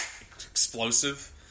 explosive